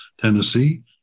Tennessee